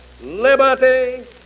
Liberty